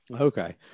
Okay